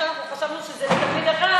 שאנחנו חשבנו שזה לתלמיד אחד,